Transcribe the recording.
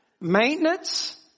maintenance